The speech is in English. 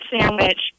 sandwich